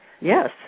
Yes